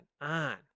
on